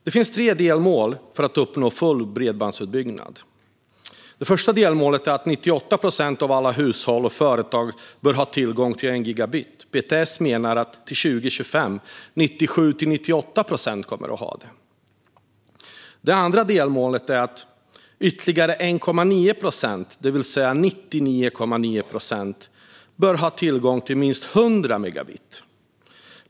Det finns tre delmål för att uppnå full bredbandsutbyggnad. Det första delmålet är att 98 procent av alla hushåll och företag bör ha tillgång till 1 gigabit. PTS menar att till år 2025 kommer 97-98 procent att ha det. Det andra delmålet är att ytterligare 1,9 procent, det vill säga 99,9 procent, bör ha tillgång till minst 100 megabit.